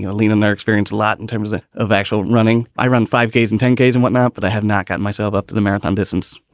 you know lean on their experience a lot in terms ah of actual running. i run five ks and ten ks and whatnot, but i have not got myself up to the marathon distance.